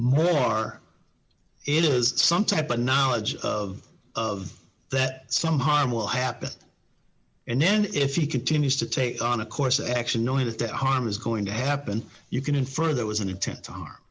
it is some type of knowledge of of that some harm will happen and then if he continues to take on a course of action knowing that that harm is going to happen you can infer there was an intent to harm